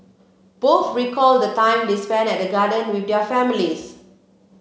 both recalled the times they spent at the gardens with their families